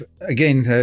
again